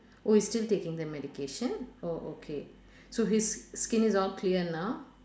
oh he's still taking the medication oh okay so his s~ skin is all clear now